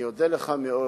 אני אודה לך מאוד